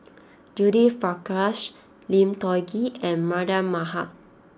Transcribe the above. Judith Prakash Lim Tiong Ghee and Mardan Mamat